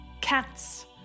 cats